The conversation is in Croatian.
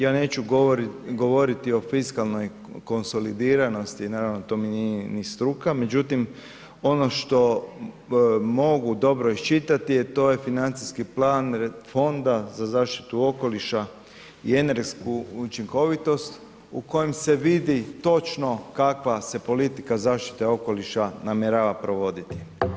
Ja neću govoriti o fiskalnoj konsolidiranosti, naravno to mi nije ni struka, međutim ono što mogu dobro iščitati, a to je financijski plan Fonda za zaštitu okoliša i energetsku učinkovitost u kojom se vidi točno kakva se politika zaštite okoliša namjerava provoditi.